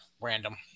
Random